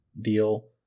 deal